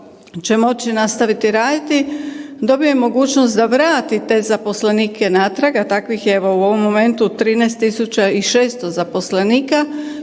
će moći nastaviti raditi, dobio je mogućnost da vrati te zaposlenike natrag, a takvih je evo u ovom momentu 13.600 zaposlenika